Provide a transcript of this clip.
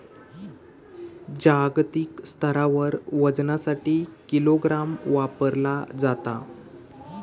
जागतिक स्तरावर वजनासाठी किलोग्राम वापरला जाता